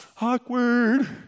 awkward